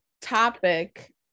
topic